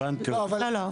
לא, לא.